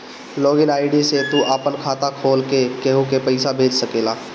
log in ID से तू आपन खाता खोल के केहू के पईसा भेज सकेला